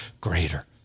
greater